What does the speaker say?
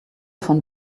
von